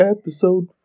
episode